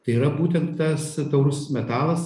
tai yra būtent tas taurusis metalas